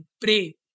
pray